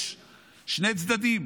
יש שני צדדים.